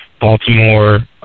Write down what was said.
Baltimore